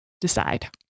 decide